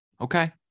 Okay